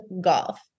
golf